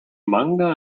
manga